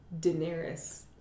Daenerys